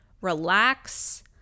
relax